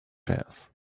chairs